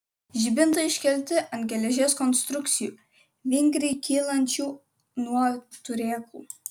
žibintai iškelti ant geležies konstrukcijų vingriai kylančių nuo turėklų